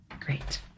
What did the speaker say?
Great